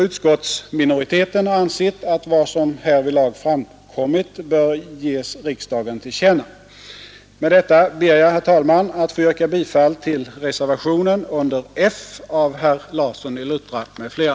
Utskottsminoriteten har ansett att vad som härvidlag framkommit bör ges riksdagen till känna. Med detta ber jag, herr talman, att få yrka bifall till reservationen F av herr Larsson i Luttra m.fl.